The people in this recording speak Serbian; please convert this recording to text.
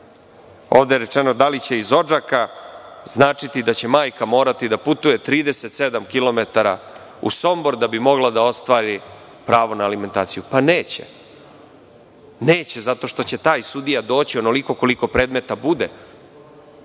ovde je rečeno da li će iz Odžaka, značiti da će majka morati da putuju 37 kilometara u Sombor da bi mogla da ostvari pravo na alimentaciju? Pa neće, zato što će taj sudija doći onoliko koliko predmeta bude.